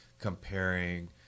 comparing